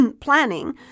planning